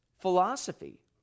philosophy